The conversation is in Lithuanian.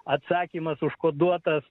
atsakymas užkoduotas